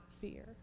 fear